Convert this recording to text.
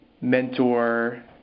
mentor –